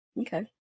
Okay